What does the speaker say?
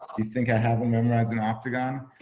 you think i have memorized an octagon?